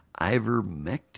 ivermectin